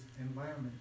environment